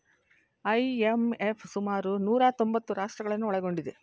IMF ಸುಮಾರು ನೂರಾ ತೊಂಬತ್ತು ರಾಷ್ಟ್ರಗಳನ್ನು ಒಳಗೊಂಡಿದೆ